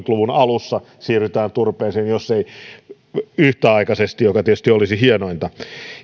luvun alussa siirrytään kiellon ulottamiseen turpeeseen jos ei yhtäaikaisesti mikä tietysti olisi hienointa